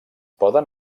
poden